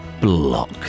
block